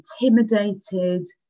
intimidated